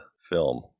film